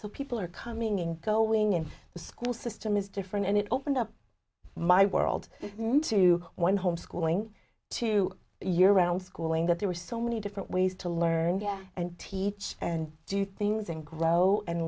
so people are coming in go wing in the school system is different and it opened up my world to one homeschooling two year round schooling that there were so many different ways to learn yeah and teach and do things and